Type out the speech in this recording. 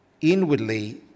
inwardly